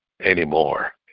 anymore